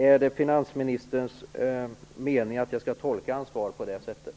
Är det finansministerns mening att jag skall tolka hans svar på det sättet?